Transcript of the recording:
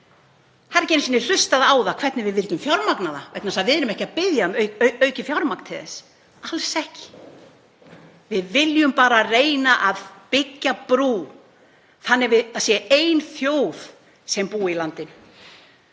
það er ekki einu sinni hlustað á það hvernig við viljum fjármagna það, vegna þess að við erum ekki að biðja um aukið fjármagn til þess, alls ekki. Við viljum bara reyna að byggja brú þannig að það sé ein þjóð sem búi í landinu,